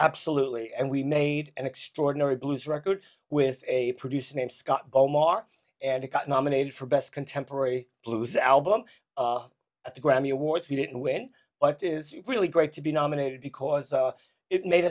absolutely and we made an extraordinary blues record with a producer named scott omar and it got nominated for best contemporary blues album at the grammy awards he didn't win but is really great to be nominated because it made